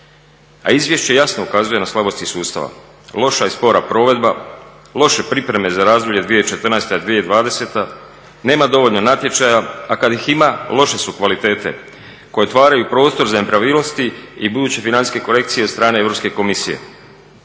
A izvješće jasno ukazuje na slabosti sustava, loša i spora provedbe, loše pripreme za razdoblje 2014.-2020., nema dovoljno natječaja, a kad ih ima loše su kvalitete koji otvaraju prostor za nepravilnosti i buduće financijske korekcije od strane Europske komisije.